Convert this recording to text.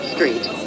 Street